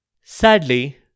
Sadly